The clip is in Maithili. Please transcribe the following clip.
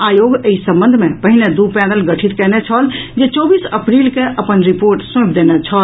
आयोग एहि संबंध मे पहिने दू पैनल गठित कयने छल जे चौबीस अप्रील के अपन रिपोर्ट सौपि देने छलाह